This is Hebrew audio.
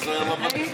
מה זה היה המבט הזה?